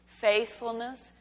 faithfulness